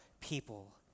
people